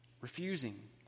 refusing